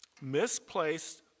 misplaced